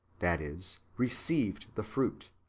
that is, received the fruit.